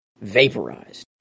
vaporized